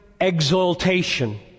exaltation